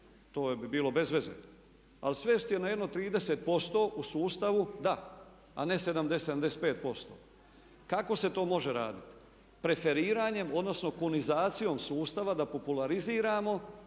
To bi bilo bez veze. Ali svesti je na jedno 30% u sustavu da, a ne 70, 75%. Kako se to može raditi? Preferiranjem, odnosno kunizacijom sustava, da populariziramo